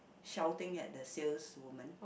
shouting at the sales woman